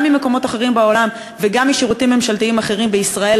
גם ממקומות אחרים בעולם וגם משירותים ממשלתיים אחרים בישראל,